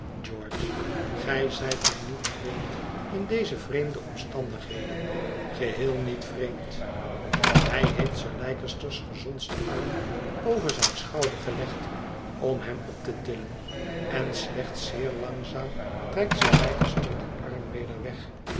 george gij zijt mij niet vreemd in deze vreemde omstandigheden geheel niet vreemd hij heeft sir leicester's gezondsten arm over zijn schouder gelegd om hem op te tillen en slechts zeer langzaam trekt sir leicester dien arm weder weg